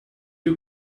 you